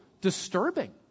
disturbing